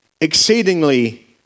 exceedingly